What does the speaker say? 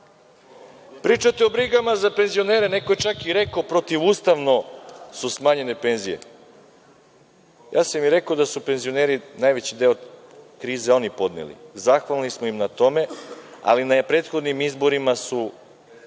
njih. Pričate o brigama za penzionere, neko je čak i rekao da su protivustavno smanjene penzije. Rekao sam im da su penzioneri najveći deo krize podneli, zahvalni smo im na tome, a na prethodnim izborima su